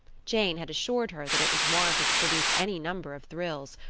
jane had assured her that it was warranted to produce any number of thrills,